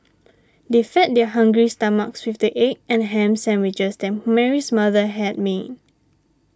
they fed their hungry stomachs with the egg and ham sandwiches that Mary's mother had made